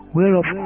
Whereof